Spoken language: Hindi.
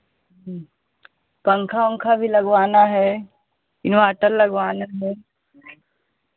पंखा उंखा भी लगबाना है इन्वर्टर लगबाना है